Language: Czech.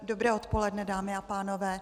Dobré odpoledne dámy a pánové.